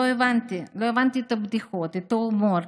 לא הבנתי את הבדיחות, את ההומור,